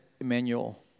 Emmanuel